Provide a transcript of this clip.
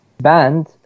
banned